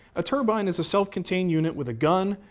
a turbine is a self-contained unit with a gun,